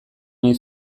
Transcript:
nahi